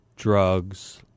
Drugs